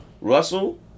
Russell